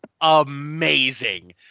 amazing